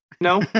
No